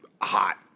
hot